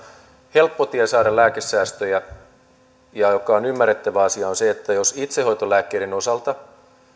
helppo tie saada lääkesäästöjä ja joka on ymmärrettävä asia on se että jos itsehoitolääkkeiden osalta